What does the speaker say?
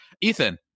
Ethan